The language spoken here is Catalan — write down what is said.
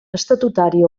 estatutari